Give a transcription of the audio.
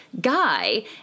guy